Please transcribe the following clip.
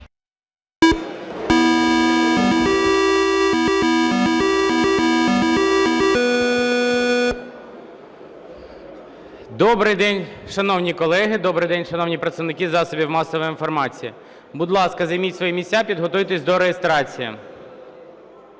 Добрий день, шановні колеги! Добрий день, шановні представники засобів масової інформації! Будь ласка, займіть свої місця, підготуйтеся до реєстрації.